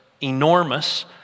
enormous